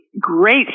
great